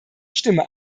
stimme